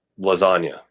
lasagna